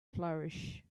flourish